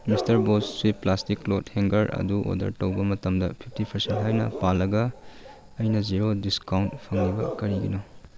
mister Bose ꯁ꯭ꯋꯤꯐ plastic cloth hanger ꯑꯗꯨ order ꯇꯧꯕ ꯃꯇꯝꯗ ꯐꯤꯐꯇꯤ ꯄꯥꯔꯁꯦꯟ ꯍꯥꯏꯅ ꯄꯥꯜꯂꯒ ꯑꯩꯅ ꯖꯦꯔꯣ ꯗꯤꯁꯀꯥꯎꯟ ꯐꯪꯂꯤꯕ ꯀꯔꯤꯒꯤꯅꯣ